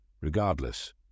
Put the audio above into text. Regardless